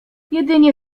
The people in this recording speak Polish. jedynie